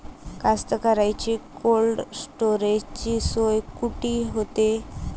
कास्तकाराइच्या कोल्ड स्टोरेजची सोय कुटी होते?